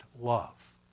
love